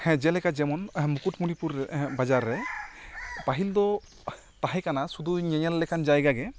ᱦᱮᱸ ᱡᱮᱞᱮᱠᱟ ᱡᱮᱢᱚᱱ ᱢᱩᱠᱩᱴᱢᱩᱱᱤᱯᱩᱨ ᱨᱮ ᱦᱮ ᱵᱟᱡᱟᱨ ᱨᱮ ᱯᱟᱹᱦᱤᱞ ᱫᱚ ᱛᱟᱦᱮᱸ ᱠᱟᱱᱟ ᱥᱩᱫᱩᱨ ᱧᱮᱞ ᱞᱮᱠᱟᱱ ᱡᱟᱭᱜᱟ ᱜᱮ